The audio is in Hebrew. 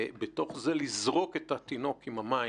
ובתוך זה לזרוק את התינוק עם המים,